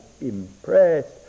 impressed